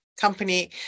company